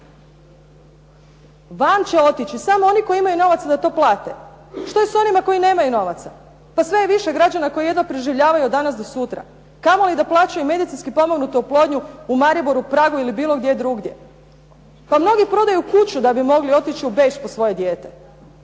Van će otići samo oni koji imaju novaca da to plate. Što je s onima koji nemaju novaca? Pa sve je više građana koji preživljavaju od danas do sutra. Kamo li da plaćaju medicinski potpomognutu oplodnju u Mariboru, Pragu ili bilo gdje drugdje. Pa mnogi prodaju kuću da bi mogli otići u Beč po svoje dijete.